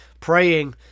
Praying